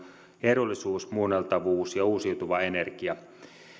edullisuus muunneltavuus ja uusiutuva energia